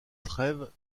trèves